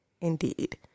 indeed